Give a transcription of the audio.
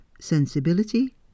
sensibility